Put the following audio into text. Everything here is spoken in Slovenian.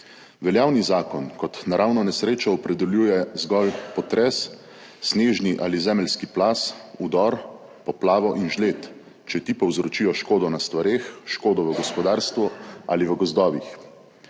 Veljavni zakon kot naravno nesrečo opredeljuje zgolj potres, snežni ali zemeljski plaz, vdor, poplavo in žled, če ti povzročijo škodo na stvareh, škodo v gospodarstvu ali v gozdovih.